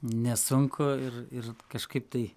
nesunku ir ir kažkaip tai